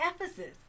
Ephesus